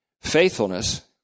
faithfulness